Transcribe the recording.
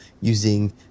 using